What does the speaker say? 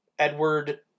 Edward